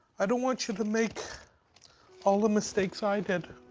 i don't want you to make all the mistakes i did.